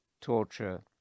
torture